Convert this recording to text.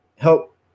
help